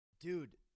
Dude